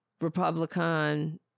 Republican